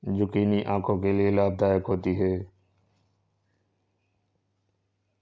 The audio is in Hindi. जुकिनी आंखों के लिए लाभदायक होती है